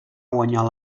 guanyar